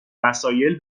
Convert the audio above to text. وسایل